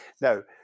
Now